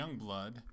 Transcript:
youngblood